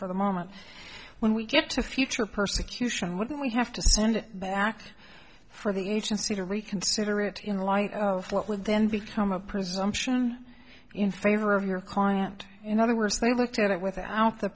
for the moment when we get to future persecution wouldn't we have to send it back for the agency to reconsider it in light of what would then become a presumption in favor of your client in other words they looked at it without the